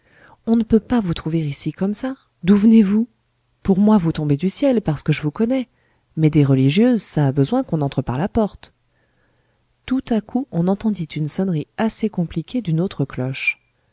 on ne peut pas vous trouver ici comme ça d'où venez-vous pour moi vous tombez du ciel parce que je vous connais mais des religieuses ça a besoin qu'on entre par la porte tout à coup on entendit une sonnerie assez compliquée d'une autre cloche